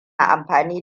amfani